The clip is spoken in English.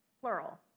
plural